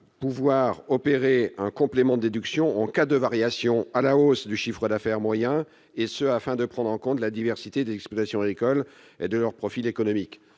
à opérer un complément de déduction en cas de variation à la hausse du chiffre d'affaires moyen, et ce afin de prendre en compte la diversité des exploitations agricoles françaises et de leurs profils économiques.